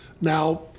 Now